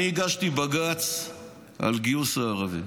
אני הגשתי בג"ץ על גיוס הערבים.